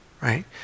right